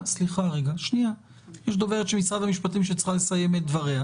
יש דוברת של משרד המשפטים שצריכה לסיים את דבריה.